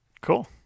Cool